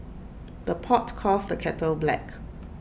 the pot calls the kettle black